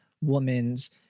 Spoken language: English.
woman's